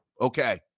Okay